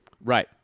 Right